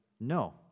no